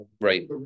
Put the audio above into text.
Right